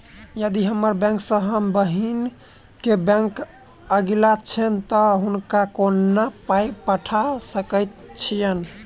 यदि हम्मर बैंक सँ हम बहिन केँ बैंक अगिला छैन तऽ हुनका कोना पाई पठा सकैत छीयैन?